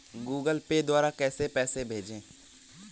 Google Pay द्वारा पैसे कैसे भेजें?